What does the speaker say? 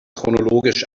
chronologisch